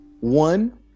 One